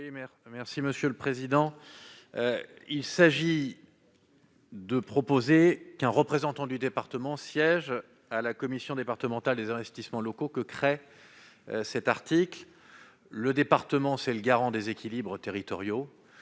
Les auteurs de cet amendement proposent qu'un représentant du département siège à la commission départementale des investissements locaux créée par cet article. Le département est le garant des équilibres territoriaux.